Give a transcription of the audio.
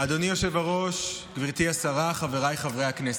אדוני היושב-ראש, גברתי השרה, חבריי חברי הכנסת.